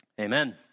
amen